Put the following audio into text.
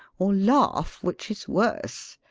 or laugh, which is worse.